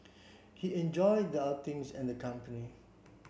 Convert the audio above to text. he enjoyed the outings and the company